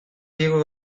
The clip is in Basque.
igo